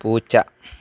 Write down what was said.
പൂച്ച